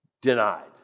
denied